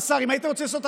אם הממשלה רוצה,